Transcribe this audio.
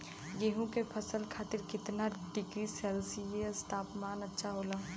गेहूँ के फसल खातीर कितना डिग्री सेल्सीयस तापमान अच्छा होला?